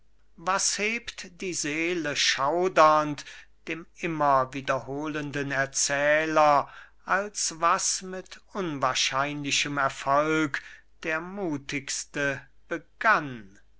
was hebt die seele schaudernd dem immer wiederholenden erzähler als was mit unwahrscheinlichem erfolg der muthigste begann